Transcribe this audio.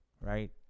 right